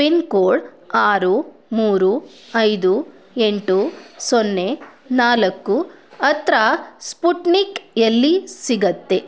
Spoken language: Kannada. ಪಿನ್ ಕೋಡ್ ಆರು ಮೂರು ಐದು ಎಂಟು ಸೊನ್ನೆ ನಾಲ್ಕು ಹತ್ರ ಸ್ಪುಟ್ನಿಕ್ ಎಲ್ಲಿ ಸಿಗುತ್ತೆ